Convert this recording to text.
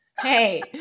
hey